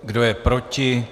Kdo je proti?